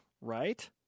right